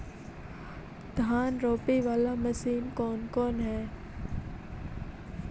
धान रोपी बाला मशिन कौन कौन है?